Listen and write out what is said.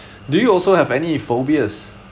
do you also have any phobias